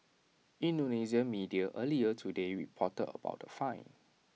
Indonesian media earlier today reported about the fine